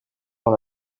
dans